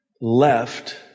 left